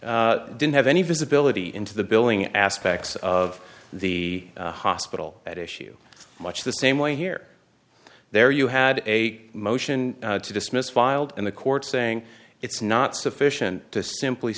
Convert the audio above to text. didn't have any visibility into the billing aspects of the hospital at issue much the same way here there you had a motion to dismiss filed in the court saying it's not sufficient to simply